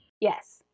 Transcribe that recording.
Yes